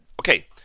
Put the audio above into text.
Okay